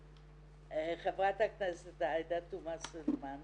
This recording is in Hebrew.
חברת הכנסת עאידה תומא סלימאן.